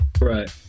Right